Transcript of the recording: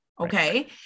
okay